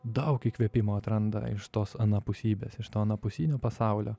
daug įkvėpimo atranda iš tos anapusybės iš to anapusinio pasaulio